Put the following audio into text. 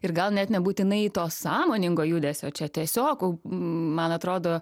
ir gal net nebūtinai to sąmoningo judesio čia tiesiog man atrodo